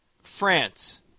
France